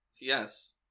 Yes